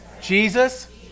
Jesus